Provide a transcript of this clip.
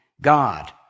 God